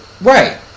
right